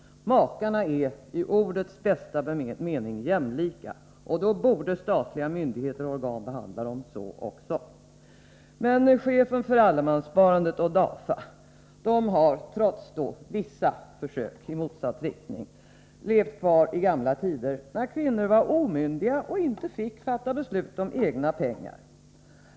Makarna är i ordets bästa mening jämlika. Då borde statliga myndigheter och organ också behandla dem så. Men chefen för allemanssparandet och DAFA har trots vissa försök i motsatt riktning levt kvar i gamla tider, då kvinnor var omyndiga och inte fick fatta beslut om egna pengar.